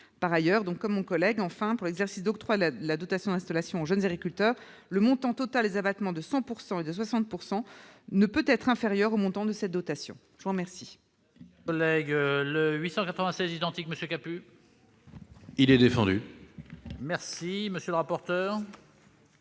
Enfin, comme mon collègue, nous précisons que, pour l'exercice d'octroi de la dotation d'installation aux jeunes agriculteurs, le montant total des abattements de 100 % et de 60 % ne peut être inférieur au montant de cette dotation. La parole